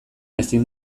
ezin